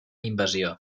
invasió